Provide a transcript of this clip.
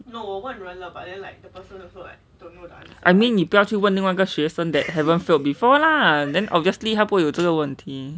I mean 你不要去问另外一个学生 that haven't failed before lah then obviously 他不会有这个问题